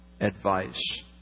advice